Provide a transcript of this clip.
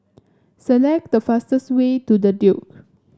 select the fastest way to The Duke